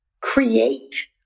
create